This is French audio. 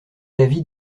l’avis